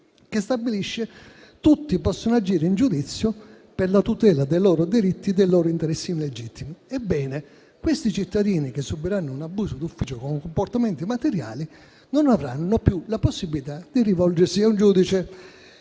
che stabilisce che «Tutti possono agire in giudizio per la tutela dei loro diritti e interessi legittimi». Ebbene, i cittadini che subiranno un abuso d'ufficio con comportamenti materiali non avranno più la possibilità di rivolgersi a un giudice.